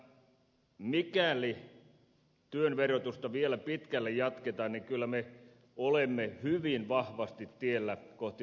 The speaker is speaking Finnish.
mikäli työn verotuksen keventämistä vielä pitkälle jatketaan niin kyllä me olemme hyvin vahvasti tiellä kohti tasaverotuksen mallia